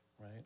right